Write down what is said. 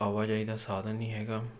ਆਵਾਜਾਈ ਦਾ ਸਾਧਨ ਨਹੀਂ ਹੈਗਾ